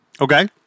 Okay